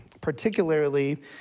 particularly